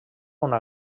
una